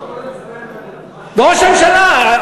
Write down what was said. וראש הממשלה,